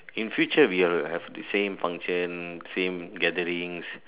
in future we will have the same function same gathering